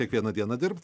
kiekvieną dieną dirbt